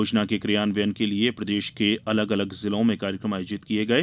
योजना के क्रियान्वयन के लिये प्रदेश के अलग अलग जिलों में कार्यक्रम आयोजित किये गये